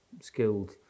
skilled